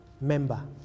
member